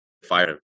fire